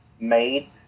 made